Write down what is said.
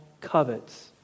covets